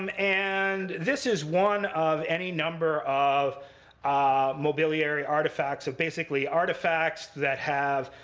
um and this is one of any number of mobiliary artifacts, of basically artifacts that have